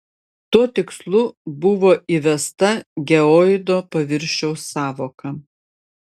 tuo tikslu buvo įvesta geoido paviršiaus sąvoka